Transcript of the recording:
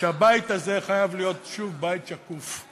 שהבית הזה חייב להיות שוב בית שקוף.